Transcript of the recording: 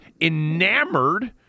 enamored